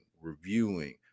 reviewing